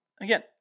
Again